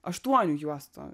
aštuonių juostų